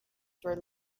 for